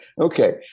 Okay